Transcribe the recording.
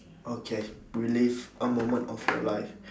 okay relive a moment of your life